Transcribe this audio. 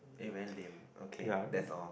eh very lame okay that's all